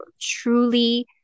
truly